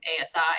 ASI